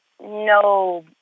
no